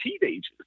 teenagers